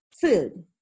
food